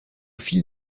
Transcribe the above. fil